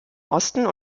osten